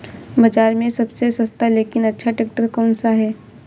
बाज़ार में सबसे सस्ता लेकिन अच्छा ट्रैक्टर कौनसा है?